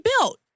built